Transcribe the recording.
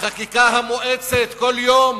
החקיקה המואצת, כל יום